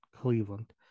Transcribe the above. Cleveland